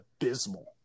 abysmal